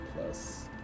plus